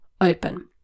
open